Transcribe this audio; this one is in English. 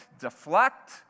deflect